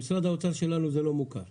למשרד האוצר שלנו זה לא מוכר.